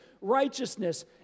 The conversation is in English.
righteousness